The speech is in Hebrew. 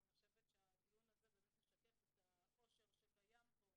ואני חושבת שהדיון הזה באמת משקף את העושר שקיים פה.